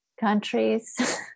countries